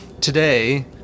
Today